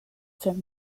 from